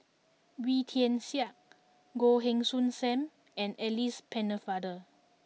Wee Tian Siak Goh Heng Soon Sam and Alice Pennefather